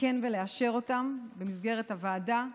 לתקן ולאשר במסגרת הוועדה,